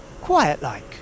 quiet-like